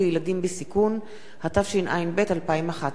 התשע"ב 2011. לקריאה ראשונה,